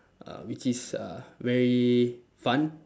uh which is uh very fun